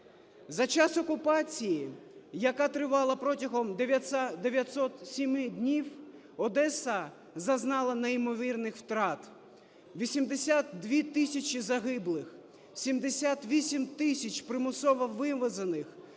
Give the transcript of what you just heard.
За час окупації, яка тривала протягом 907 днів, Одеса зазнала неймовірних втрат. 82 тисячі загиблих, 78 тисяч примусово вивезених